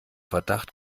verdacht